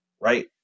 right